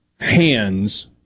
hands